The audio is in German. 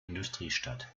industriestadt